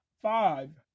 five